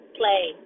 play